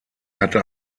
hatte